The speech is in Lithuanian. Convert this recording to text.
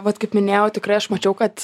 vat kaip minėjau tikrai aš mačiau kad